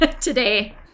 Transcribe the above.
today